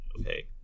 okay